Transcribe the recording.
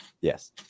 Yes